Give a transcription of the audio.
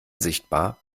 sichtbar